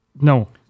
no